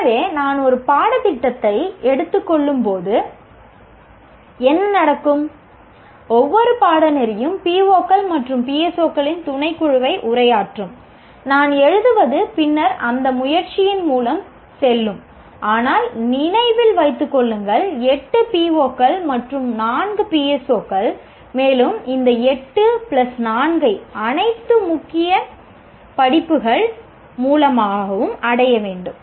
எனவே நான் ஒரு பாடத்திட்டத்தை எடுக்கும்போதெல்லாம் என்ன நடக்கும் ஒவ்வொரு பாடநெறியும் PO கள் மற்றும் PSO களின் துணைக்குழுவை உரையாற்றும் நான் எழுதுவது பின்னர் அந்த பயிற்சியின் மூலம் செல்லும் ஆனால் நினைவில் வைத்துக் கொள்ளுங்கள் 8 PO கள் மற்றும் 4 PSO கள் மேலும் இந்த 8 பிளஸ் 4 ஐ அனைத்து முக்கிய படிப்புகள் மூலமாகவும் அடைய வேண்டும்